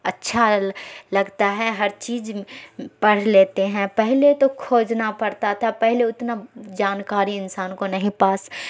اچھا لگتا ہے ہر چیز پڑھ لیتے ہیں پہلے تو کھوجنا پڑتا تھا پہلے اتنا جانکاری انسان کو نہیں پاس